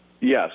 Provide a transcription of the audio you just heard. Yes